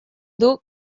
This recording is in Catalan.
duu